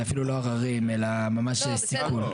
זה אפילו לא ערערים אלה ממש סיכון.